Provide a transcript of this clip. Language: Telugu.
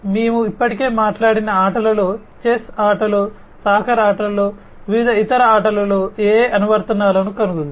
మేము ఇప్పటికే మాట్లాడిన ఆటలలో చెస్ ఆటలో సాకర్ ఆటలలో వివిధ ఇతర ఆటలలో AI అనువర్తనాలను కనుగొంది